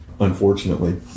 unfortunately